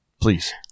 please